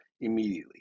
immediately